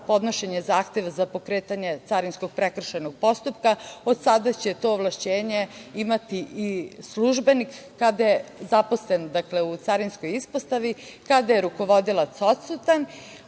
podnošenje zahteva za pokretanje carinskog prekršajnog postupka. Od sada će to ovlašćenje imati i službenik zaposlen u carinskoj ispostavi kada je rukovodilac odsutan,